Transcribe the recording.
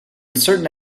certain